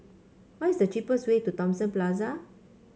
what is the cheapest way to Thomson Plaza